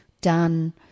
done